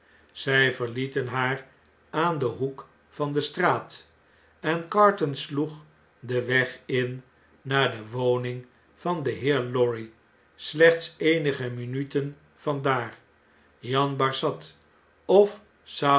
zij verlieten haar aan den hoek van de straaf en carton sloeg den weg in naar de woning van den heer lorry slechts eenige minuten van daar jan barsad of